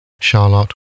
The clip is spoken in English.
Charlotte